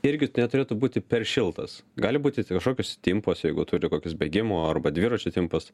irgi neturėtų būti per šiltas gali būti kažkokios timpos jeigu turi kokius bėgimo arba dviračių timpas